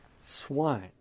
swine